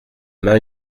main